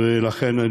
ולכן,